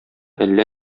әллә